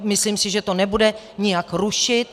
Myslím si, že to nebude nijak rušit.